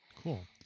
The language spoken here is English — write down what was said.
Cool